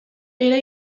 era